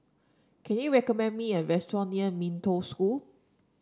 can you recommend me a restaurant near Mee Toh School